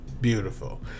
Beautiful